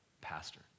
pastor